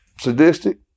sadistic